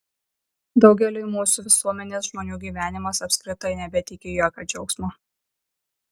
daugeliui mūsų visuomenės žmonių gyvenimas apskritai nebeteikia jokio džiaugsmo